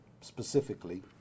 specifically